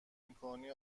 میکنی